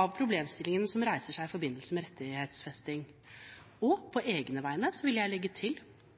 av problemstillingene som reises i forbindelse med rettighetsfesting, og på egne vegne vil jeg legge til